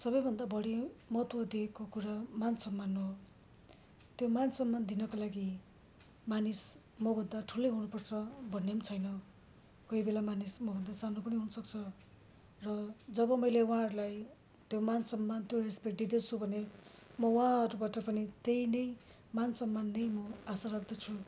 सबैभन्दा बढी महत्व दिएको कुरा मान सम्मान हो त्यो मान सम्मान दिनका लागि मानिस मभन्दा ठु लै हुनु पर्छ भन्ने पनि छैन कोही बेला मानिस मभन्दा सानो पनि हुन सक्छ र जब मैले उहाँहरूलाई त्यो मान सम्मान त्यो रेस्पेक्ट दिँदैछु भने मो उहाँहरूबाट पनि त्यही नै मान सम्मान नै म आशा राख्दछु